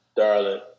darling